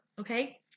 okay